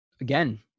Again